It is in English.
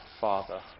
father